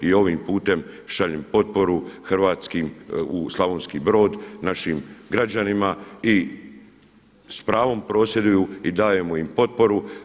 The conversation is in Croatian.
I ovim putem šaljem potporu hrvatskim u Slavonski Brod, našim građanima i s pravom prosvjeduju i dajemo im potporu.